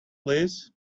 please